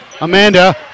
Amanda